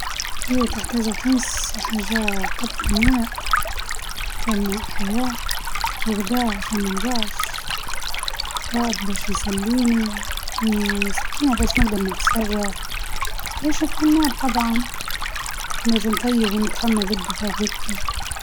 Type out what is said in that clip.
أمية حياة، غداء ما نجوعش، كتاب يسليني، سكينة باش نجدر نتصرف، كاشفة للنار نطيب روحي، وندفى.